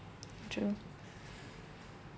true